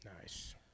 Nice